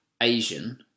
Asian